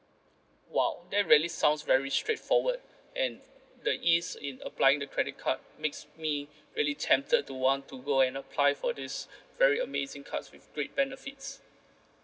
!wow! that really sounds very straightforward and the ease in applying the credit card makes me really tempted to want to go and apply for this very amazing cards with great benefits